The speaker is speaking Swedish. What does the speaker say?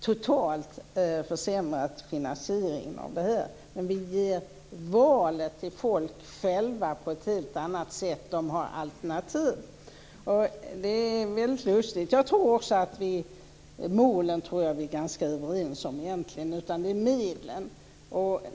Vi har inte försämrat finansieringen av detta totalt, men vi ger valet till människor själva på ett helt annat sätt. De har alternativ. Jag tror att vi egentligen är ganska överens om målen. Det är medlen vi är oense om.